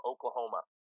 Oklahoma